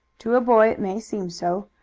to a boy it may seem so.